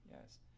Yes